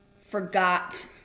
forgot